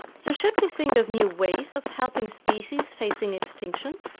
so should we think of new ways of helping species facing extinction?